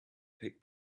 pick